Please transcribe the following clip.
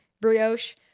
brioche